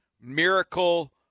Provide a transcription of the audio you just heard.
Miracle